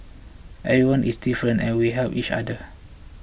everyone is different and we help each other